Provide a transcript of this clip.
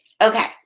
Okay